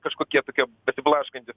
kažkokie tokie besiblaškantys